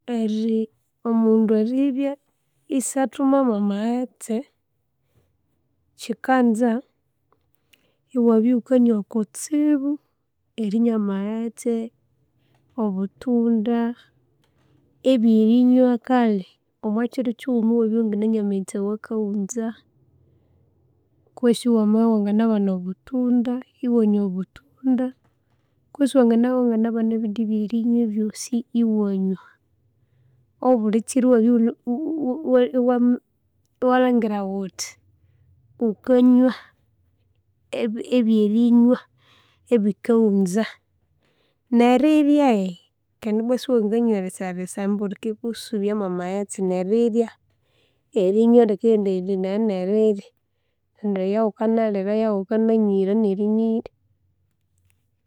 Ryeri, omundu eribya isathuma mwo'maghetse. Kikanza iwabya ighukanywa kutsibu, erinywa amaghetse, obutundha, ebyerinywa kale omwakiro kighuma iwabya iwangananywa amagheste a'wakaghunza kwesi wamabya iwanganabana obutundha, iwanywa obutundha kwesi wanganabya iwanganabana ebyerinywa ebyosi iwanywa. Obulikiro iwabya ighunemughuuiwame iwalangira uthi ghukanywa ebyerinywa ebikaghunza, n'eriryya kandi ibwa siwanganywa risa risa ambu rikikusubya mwo'maghetse. Nerirya, erinywa rikaghendanayanaya nerirya, neyeghukanalira yeghukana nywira nerinyirwa.